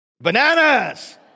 bananas